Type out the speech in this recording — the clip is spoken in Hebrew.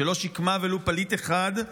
שלא שיקמה ולו פליט אחד,